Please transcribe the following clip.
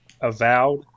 Avowed